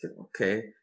Okay